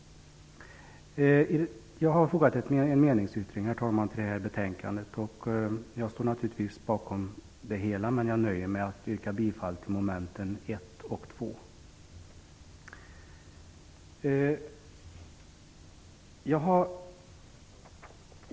Jag har fogat en meningsyttring till detta betänkande. Jag står naturligtvis bakom den, men jag nöjer mig med att yrka bifall till meningsyttringen vad avser mom. 1 och 2.